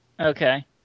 Okay